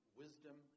wisdom